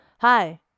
Hi